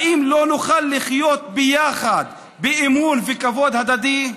האם לא נוכל לחיות ביחד באמון וכבוד הדדי?